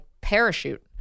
parachute